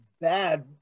bad